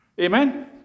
Amen